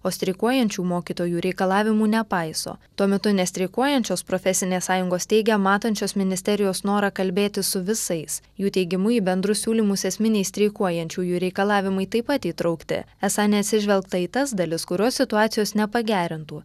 o streikuojančių mokytojų reikalavimų nepaiso tuo metu nestreikuojančios profesinės sąjungos teigia matančios ministerijos norą kalbėtis su visais jų teigimu į bendrus siūlymus esminiai streikuojančiųjų reikalavimai taip pat įtraukti esą neatsižvelgta į tas dalis kurios situacijos nepagerintų